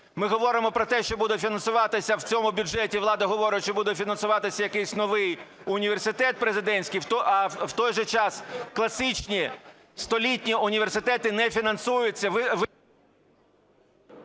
Ми говоримо про те, що буде фінансуватися в цьому бюджеті... влада говорить, що буде фінансуватися якийсь новий університет президентський, а в то й же час класичні столітні університети не фінансуються.